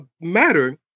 matter